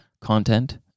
content